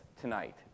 tonight